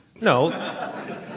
No